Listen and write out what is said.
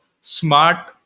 smart